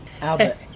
Albert